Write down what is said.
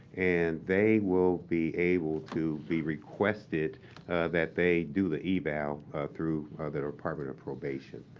and they will be able to be requested that they do the eval through the department of probation.